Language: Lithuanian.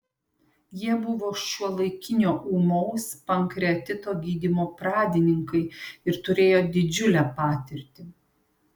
jie buvo šiuolaikinio ūmaus pankreatito gydymo pradininkai ir turėjo didžiulę patirtį